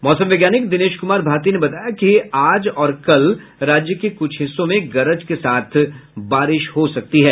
मौसम वैज्ञानिक दिनेश कुमार भारती ने बताया कि आज और कल दौरान राज्य के कुछ हिस्सों में गरज के साथ बारिश हो सकती है